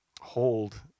hold